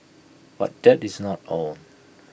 but that is not all